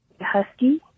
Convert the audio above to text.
Husky